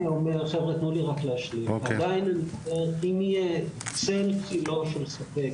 אם יהיה צל צילו של ספק,